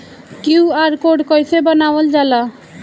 QR code कइसे बनवाल जाला?